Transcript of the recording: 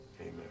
Amen